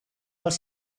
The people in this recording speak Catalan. els